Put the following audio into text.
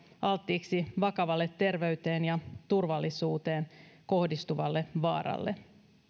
alttiiksi vakavalle terveyteen ja turvallisuuteen kohdistuvalle vaaralle